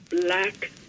black